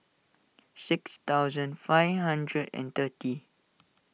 six thousand five hundred and thirty